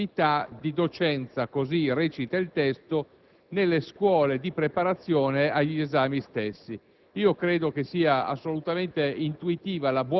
Il tema in discussione è quello dell'incompatibilità di coloro i quali sono chiamati a svolgere la funzione di commissario